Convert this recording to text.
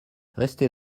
restez